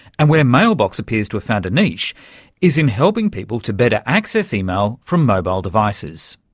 and where mailbox appears to have found a niche is in helping people to better access email from mobile devices.